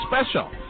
special